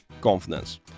confidence